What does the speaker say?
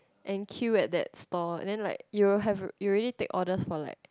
and queue at that stall then like you have you already take orders for like